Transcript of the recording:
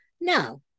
No